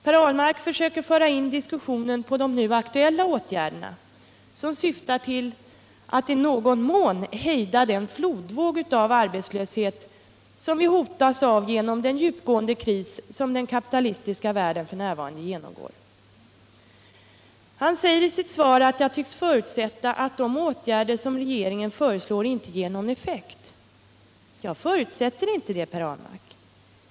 Per Ahlmark försöker föra in diskussionen på de nu aktuella åtgärderna som syftar till att i någon mån hejda den flodvåg av arbetslöshet, som vi hotas av genom den djupgående kris som den kapitalistiska världen f.n. genomgår. Per Ahlmark säger i sitt svar att jag tycks förutsätta att de åtgärder som regeringen föreslår inte ger någon effekt. Jag förutsätter inte det, Per Ahlmark.